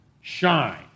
shine